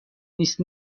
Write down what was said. نیست